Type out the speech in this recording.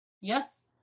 Yes